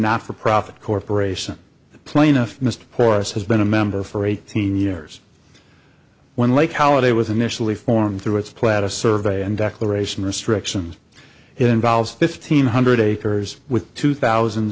not for profit corporation the plaintiff mr porous has been a member for eighteen years when lake holiday was initially formed through its plaid a survey and declaration restrictions it involves fifteen hundred acres with two thousand